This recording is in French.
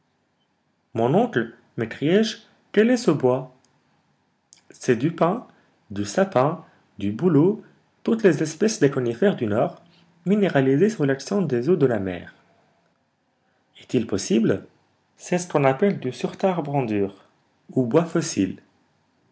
mon oncle m'écriai-je quel est ce bois c'est du pin du sapin du bouleau toutes les espèces des conifères du nord minéralisées sous l'action des eaux de la mer est-il possible c'est ce qu'on appelle du surtarbrandur ou bois fossile